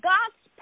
God's